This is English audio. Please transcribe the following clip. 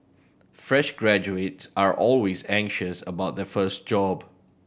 fresh graduates are always anxious about their first job